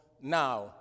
now